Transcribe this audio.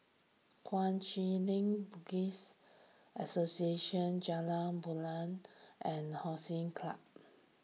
Kuang Chee Tng Buddhist Association Jalan Rimau and Hollandse Club